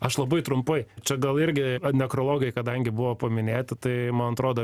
aš labai trumpai čia gal irgi nekrologai kadangi buvo paminėta tai man atrodo